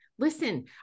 Listen